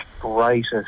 brightest